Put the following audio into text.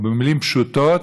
במילים פשוטות,